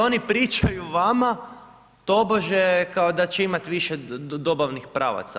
Oni pričaju vama tobože kao da će imati više dobavnih pravaca.